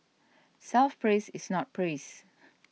self praise is not praise